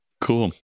Cool